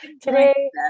Today